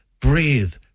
Breathe